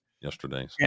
yesterday